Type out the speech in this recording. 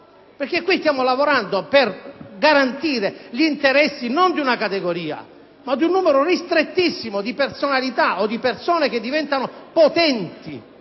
Qui stiamo lavorando per garantire gli interessi non di una categoria ma di un numero ristrettissimo di personalità o persone che diventano potenti